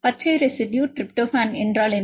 பச்சை residue tryptophan என்றால் என்ன